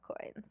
coins